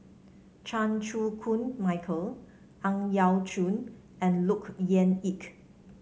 Chan Chew Koon Michael Ang Yau Choon and Look Yan Kit